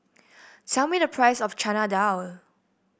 tell me the price of Chana Dal